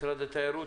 משרד התיירות,